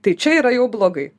tai čia yra jau blogai